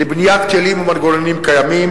בניית כלים ומנגנונים קיימים,